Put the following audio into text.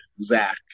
zach